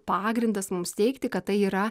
pagrindas mums teigti kad tai yra